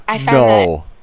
No